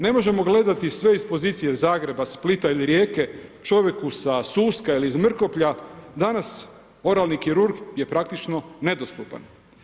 Ne možemo gledati sve iz pozicije Zagreba, Splita ili Rijeke, čovjeku sa Suska ili iz Mrkoplja, danas oralni kirurg je praktično nedostupan.